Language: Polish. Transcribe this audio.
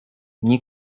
nie